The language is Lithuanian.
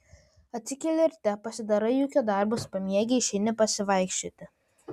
atsikeli ryte pasidarai ūkio darbus pamiegi išeini pasivaikščioti